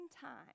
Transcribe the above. time